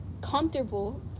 comfortable